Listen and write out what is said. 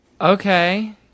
Okay